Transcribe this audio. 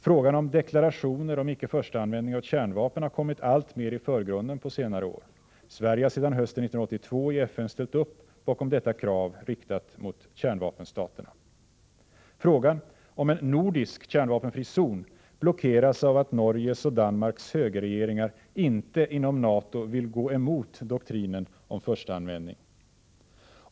Frågan om deklarationer om icke-förstaanvändning av kärnvapen har kommit alltmer i förgrunden på senare år. Sverige har sedan hösten 1982 i FN ställt upp bakom detta krav, riktat mot kärnvapenstaterna. Frågan om en nordisk kärnvapenfri zon blockeras av att Norges och Danmarks högerregeringar inte inom NATO vill gå emot doktrinen om förstaanvändning.